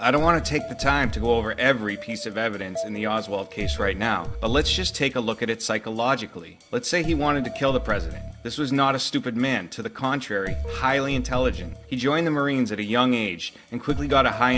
i don't want to take the time to go over every piece of evidence in the oswald case right now let's just take a look at it psychologically let's say he wanted to kill the president this was not a stupid man to the contrary highly intelligent he joined the marines at a young age and quickly got a high